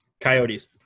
coyotes